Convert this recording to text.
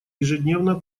ежедневно